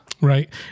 Right